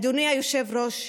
אדוני היושב-ראש,